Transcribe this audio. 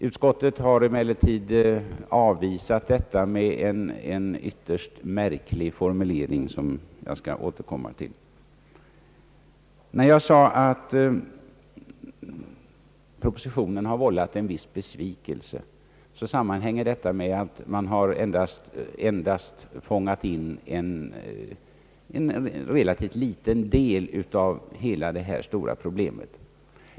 Utskottet har emellertid avvisat förslagen med en yvtterst märklig formulering som jag skall återkomma till. När jag sade att propositionen har vållat en viss besvikelse sammanhänger detta med att man endast har fångat in en relativt liten del av det stora problemet.